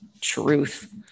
Truth